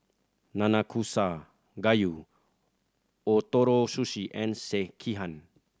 Nanakusa Gayu Ootoro Sushi and Sekihan